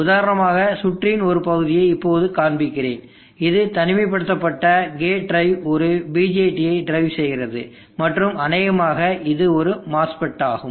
உதாரணமாக சுற்றின் ஒரு பகுதியை இப்போது காண்பிக்கிறேன் இந்த தனிமைப்படுத்தப்பட்ட கேட் டிரைவ் ஒரு BJTயை டிரைவ் செய்கிறது மற்றும் அநேகமாக இது ஒரு MOSFET ஆகும்